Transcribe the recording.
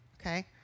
okay